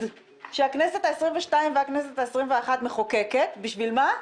שהכנסת ה-22 והכנסת ה-21 מחוקקות - בשביל מה?